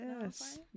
Yes